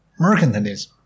mercantilism